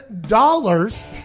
dollars